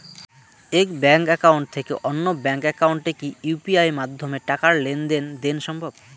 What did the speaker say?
এক bank account থেকে অন্য ব্যাংক একাউন্টে কি ইউ.পি.আই মাধ্যমে টাকার লেনদেন দেন সম্ভব?